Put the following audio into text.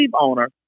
owner